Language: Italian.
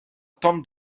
tom